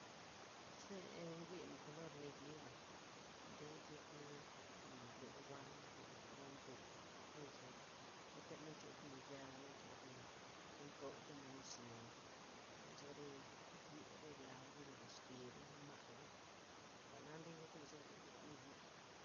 Ze nwin kolor nayeba' nde yekna zi len wan, zi len wan nthou plo nzo, plota na nchudxa' yaa, na nchudna' men nan toltamen izyo, tya nzo re yer, re la, re ngud xlye, re ma', re jwa'na nde yekna' iz nwin thi jwa'n naye'.